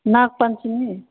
Nag Panchami